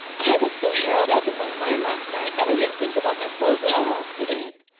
i was so harrowed up in my mind last night that i didn't think about my clothes at all, said anne.